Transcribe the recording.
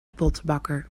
pottenbakker